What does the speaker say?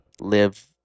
live